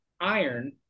iron